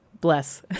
Bless